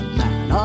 man